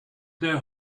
their